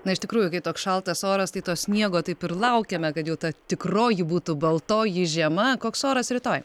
na iš tikrųjų toks šaltas oras tai to sniego taip ir laukiame kad jau ta tikroji būtų baltoji žiema koks oras rytoj